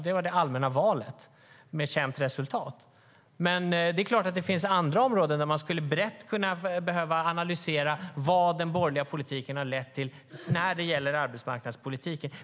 Det var det allmänna valet - med känt resultat. Det är klart att det finns andra områden där man brett skulle behöva analysera vad den borgerliga politiken har lett till när det gäller arbetsmarknadspolitiken.